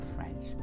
French